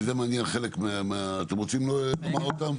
כי זה מניח חלק, אתם רוצים לומר אותם?